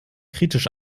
kritisch